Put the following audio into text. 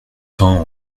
temps